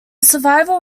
survival